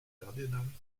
ferdinand